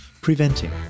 preventing